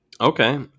Okay